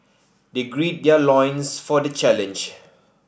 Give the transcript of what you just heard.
they grid their loins for the challenge